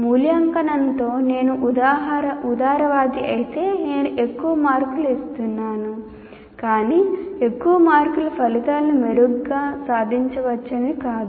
మూల్యాంకనంతో నేను ఉదారవాది అయితే నేను ఎక్కువ మార్కులు ఇస్తున్నాను కాని ఎక్కువ మార్కులు ఫలితాలను మెరుగ్గా సాధించవచ్చని కాదు